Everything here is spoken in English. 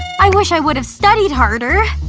i wish i would have studied harder